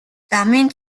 замын